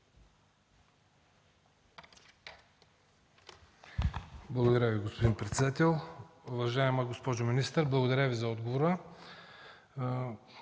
Благодаря Ви, господин председател. Уважаема госпожо министър, благодаря Ви за отговора.